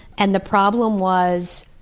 and the problem was,